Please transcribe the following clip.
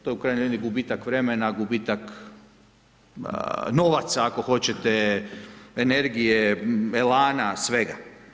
To je u krajnjoj liniji gubitak vremena, gubitak novaca, ako hoćete, energije, elana, svega.